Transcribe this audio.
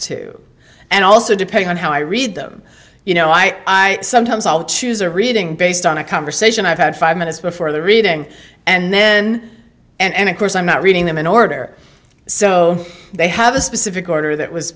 two and also depending on how i read them you know i sometimes i'll choose a reading based on a conversation i've had five minutes before the reading and then and of course i'm not reading them in order so they have a specific order that was